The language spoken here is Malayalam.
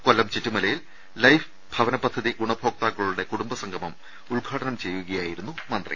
കൊല്ലം ചിറ്റുമലയിൽ ലൈഫ് ഭവന പദ്ധതി ഗുണഭോക്താക്ക ളുടെ കുടുംബസംഗമം ഉദ്ഘാടനം ചെയ്യുകയായിരുന്നു മന്ത്രി